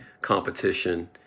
competition